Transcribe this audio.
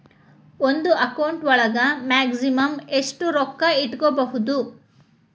ಒಂದು ಅಕೌಂಟ್ ಒಳಗ ಮ್ಯಾಕ್ಸಿಮಮ್ ಎಷ್ಟು ರೊಕ್ಕ ಇಟ್ಕೋಬಹುದು?